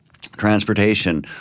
transportation